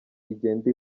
igenda